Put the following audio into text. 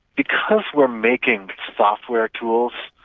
because we're making software tools,